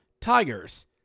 Tigers